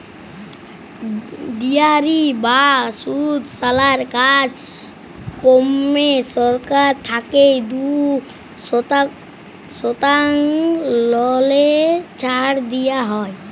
dairy বা দুধশালার কাজকম্মে সরকার থ্যাইকে দু শতাংশ ললে ছাড় দিয়া হ্যয়